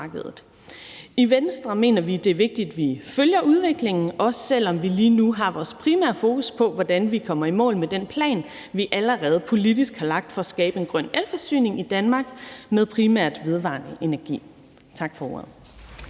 I Venstre mener vi, at det er vigtigt, at vi følger udviklingen, også selv om vi lige nu har vores primære fokus på, hvordan vi kommer i mål med den plan, vi allerede politisk har lagt for at skabe en grøn elforsyning i Danmark med primært vedvarende energi. Tak for ordet.